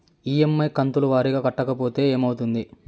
EMI కంతుల వారీగా కట్టకపోతే ఏమవుతుంది?